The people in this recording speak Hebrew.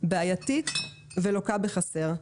בעייתית ולוקה בחסר.